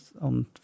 on